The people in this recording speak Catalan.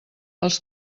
els